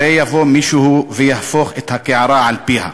הרי יבוא מישהו ויהפוך את הקערה על פיה.